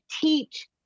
teach